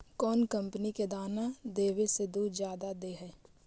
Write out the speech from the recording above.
कौन कंपनी के दाना देबए से दुध जादा दे है?